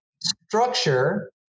structure